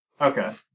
Okay